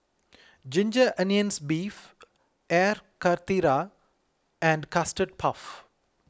Ginger Onions Beef Air Karthira and Custard Puff